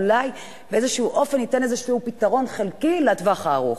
אולי באיזה אופן ייתן איזה פתרון חלקי לטווח הארוך.